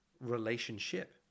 relationship